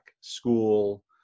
School